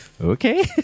okay